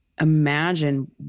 imagine